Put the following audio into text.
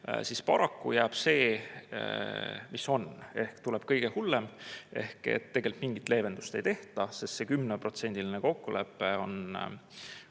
siis paraku jääb see, mis on, ehk tuleb kõige hullem, sest tegelikult mingit leevendust ei tehta, kuna see 10%‑line kokkulepe on